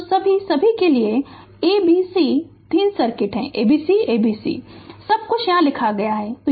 तो सभी सभी सभी a b c 3 सर्किट थे a b c a b c सब कुछ यहाँ लिखा गया है